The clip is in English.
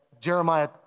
Jeremiah